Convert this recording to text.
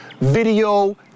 video